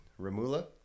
Ramula